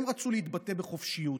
הם רצו להתבטא בחופשיות.